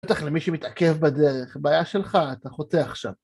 בטח למי שמתעכב בדרך, בעיה שלך, אתה חוטא עכשיו.